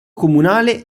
comunale